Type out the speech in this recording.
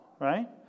right